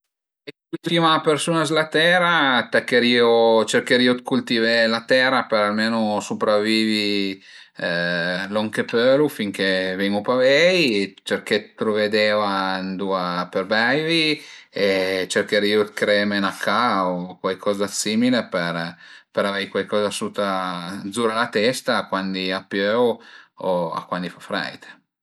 Se föisu l'ültima persun-a s'la tera tacherìu cercherìu d'cultivé la tera për almenu supravivi lon che pölu finché ven-u pa vei e cerché dë truvé d'eva ëndua për beivi e cercherìu dë cre-eme 'na ca o cuaicoza d'simile per per avevi cualcoza suta zura la testa cuandi a piöu o cuandi a fa freit